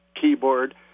keyboard